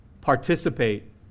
Participate